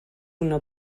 una